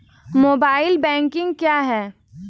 Mobile banking क्या है?